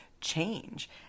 change